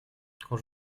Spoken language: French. quand